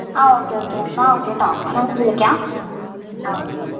ആ okay okay എന്നാൽ ഓക്കേട്ടോ അങ്ങനെ വിളിക്കാം